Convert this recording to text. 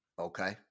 Okay